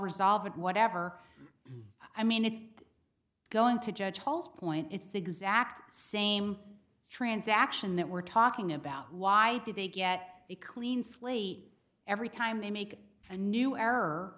resolve it whatever i mean it's going to judge paul's point it's the exact same transaction that we're talking about why did they get a clean slate every time they make a new er